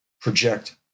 project